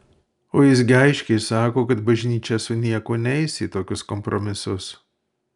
o jis gi aiškiai sako kad bažnyčia su niekuo neis į tokius kompromisus